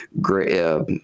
great